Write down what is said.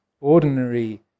ordinary